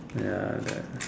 ya the